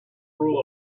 rule